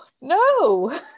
no